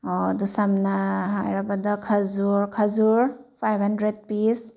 ꯑꯣ ꯑꯗꯣ ꯁꯝꯅ ꯍꯥꯏꯔꯕꯗ ꯈꯖꯨꯔ ꯈꯖꯨꯔ ꯐꯥꯏꯚ ꯍꯟꯗ꯭ꯔꯦꯠ ꯄꯤꯁ